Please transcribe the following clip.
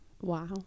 wow